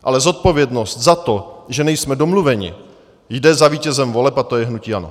Ale zodpovědnost za to, že nejsme domluveni, jde za vítězem voleb a to je hnutí ANO.